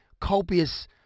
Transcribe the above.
copious